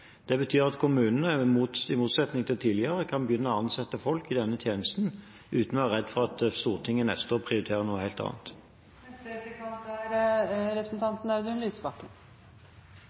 Det betyr at kommunene, i motsetning til tidligere, kan begynne å ansette folk i denne tjenesten uten å være redd for at Stortinget neste år prioriterer noe helt annet. Jeg er enig i at de endelige tallene er